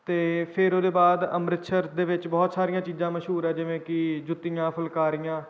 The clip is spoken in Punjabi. ਅਤੇ ਫਿਰ ਉਹਦੇ ਬਾਅਦ ਅੰਮ੍ਰਿਤਸਰ ਦੇ ਵਿੱਚ ਬਹੁਤ ਸਾਰੀਆਂ ਚੀਜ਼ਾਂ ਮਸ਼ਹੂਰ ਆ ਜਿਵੇਂ ਕਿ ਜੁੱਤੀਆਂ ਫੁਲਕਾਰੀਆਂ